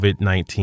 COVID-19